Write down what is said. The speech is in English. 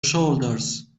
shoulders